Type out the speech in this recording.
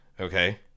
Okay